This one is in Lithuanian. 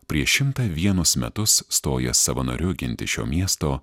prieš šimtą vienus metus stojęs savanoriu ginti šio miesto